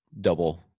double